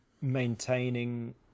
maintaining